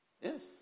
Yes